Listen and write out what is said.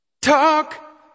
Talk